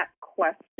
question